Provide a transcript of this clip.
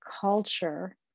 culture